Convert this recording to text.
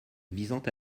visant